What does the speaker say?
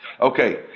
Okay